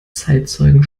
zeitzeugen